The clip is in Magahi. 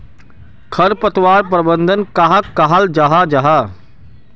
खरपतवार प्रबंधन कहाक कहाल जाहा जाहा?